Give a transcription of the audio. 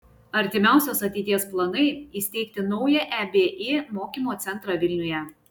artimiausios ateities planai įsteigti naują ebi mokymo centrą vilniuje